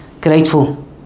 grateful